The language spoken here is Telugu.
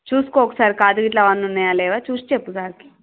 చూసుకో ఒకసారి కాజు గిట్ల అవన్నీ ఉన్నయా లేవా చూసి చెప్పు సార్కి